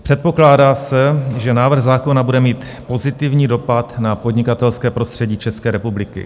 Předpokládá se, že návrh zákona bude mít pozitivní dopad na podnikatelské prostředí České republiky.